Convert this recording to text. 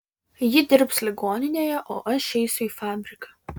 ji dirbs ligoninėje o aš eisiu į fabriką